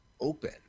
open